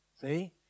see